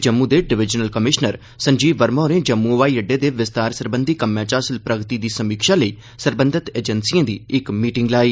जम्मू दे divisional commissioner Sanjeev Verma होरें जम्मू ब्हाई अड्डे दे विस्तार सरबंधी कम्मै च हासल प्रगति दी समीक्षा लेई सरबंधत एजेंसिएं दी इक मीटिंग लाई